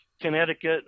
Connecticut